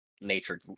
nature